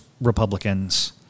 Republicans